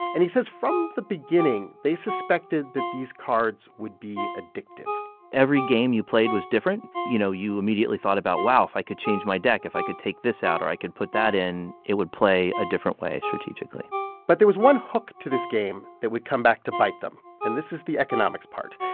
and he says from the beginning, they suspected that these cards would be addictive every game you played was different. you know, you immediately thought about, wow, if i could change my deck, if i could take this out or i could put that in, it would play a different way strategically but there was one hook to this game that would come back to bite them. and this is the economics part.